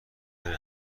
کاری